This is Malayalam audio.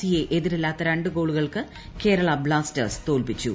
സി യെ എതിരില്ലാത്ത രണ്ട് ഗോളുകൾക്ക് കേരളാ ബ്ലാസ്റ്റേഴ്സ് തോൽപ്പിച്ചു